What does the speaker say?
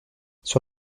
sur